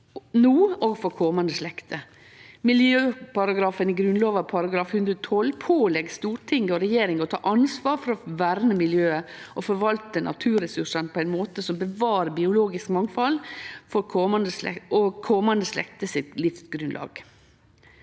no og for komande slekter. Miljøparagrafen i Grunnlova § 112 pålegg Stortinget og regjeringa å ta ansvar for å verne miljøet og forvalte naturressursane på ein måte som bevarer det biologiske mangfaldet og livsgrunnlaget